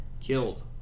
killed